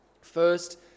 First